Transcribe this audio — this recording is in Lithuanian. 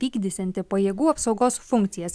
vykdysianti pajėgų apsaugos funkcijas